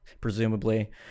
presumably